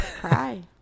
Cry